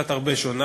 קצת הרבה שונה.